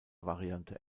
variante